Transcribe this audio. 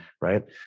right